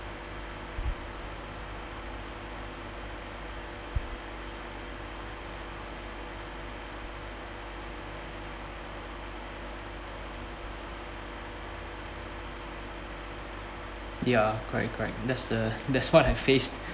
ya correct correct that's uh that's what I faced